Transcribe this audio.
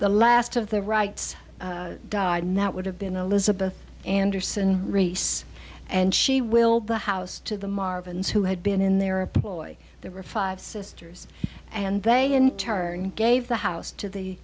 the last of the rights died and that would have been a lizabeth anderson reese and she will the house to the marvins who had been in there a ploy there were five sisters and they in turn gave the house to the